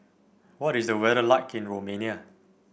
what is the weather like in Romania